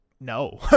no